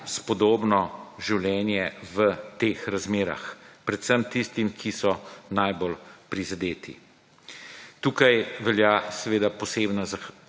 spodobno življenje v teh razmerah, predvsem tistim, ki so najbolj prizadeti. Tukaj velja seveda posebna zahvala